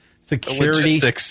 security